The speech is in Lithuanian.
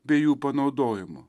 bei jų panaudojimu